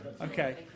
okay